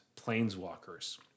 Planeswalkers